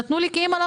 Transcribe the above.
ונתנו לי להחליט,